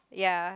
ya